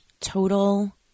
Total